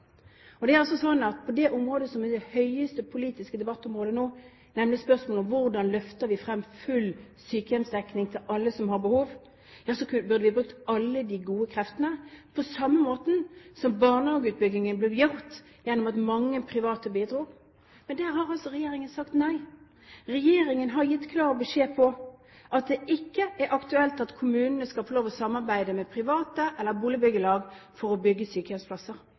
På det området som er det største politiske debattområdet nå, nemlig spørsmålet om hvordan vi løfter frem full sykehjemsdekning, med tanke på alle som har behov for det, burde vi bruke alle de gode kreftene på samme måte som det ble gjort ved barnehageutbyggingen gjennom at mange private bidro. Men der har altså regjeringen sagt nei. Regjeringen har gitt klar beskjed om at det ikke er aktuelt at kommunene skal få lov til å samarbeide med private eller boligbyggelag for å bygge sykehjemsplasser,